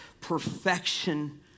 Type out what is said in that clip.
perfection